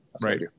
right